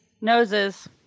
Noses